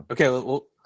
Okay